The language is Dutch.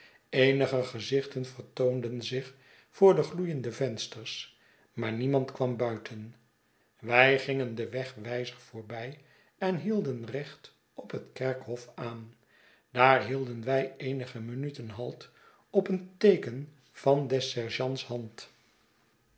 eenige gezichten vertoonden zich voor de gloeiende vensters maar niemand kwam buiten wij gingen den wegwijzer voorbij en hielden recht op het kerkhof aan daar hielden wij eenige minuten halt op een teeken van des sergeants hand